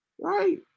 Right